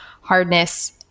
hardness